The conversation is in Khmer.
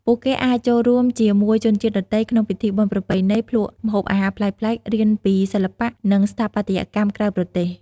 ពួកគេអាចចូលរួមជាមួយជនជាតិដទៃ ក្នុងពិធីបុណ្យប្រពៃណី ភ្លក់ម្ហូបអាហារប្លែកៗ រៀនពីសិល្បៈ និងស្ថាបត្យកម្មក្រៅប្រទេស។